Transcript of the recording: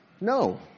No